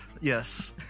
Yes